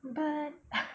but